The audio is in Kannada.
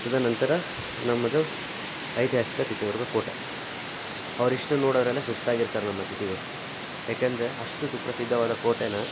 ತದ ನಂತರ ನಮ್ಮದು ಐತಿಹಾಸಿಕ ಚಿತ್ರದುರ್ಗ ಕೋಟೆ ಅವ್ರು ಇಷ್ಟನ್ನು ನೋಡೋದ್ರಲ್ಲೆ ಸುಸ್ತಾಗಿರ್ತಾರೆ ನಮ್ಮ ಅತಿಥಿಗಳು ಯಾಕೆಂದ್ರೆ ಅಷ್ಟು ಸುಪ್ರಸಿದ್ಧವಾದ ಕೋಟೆನ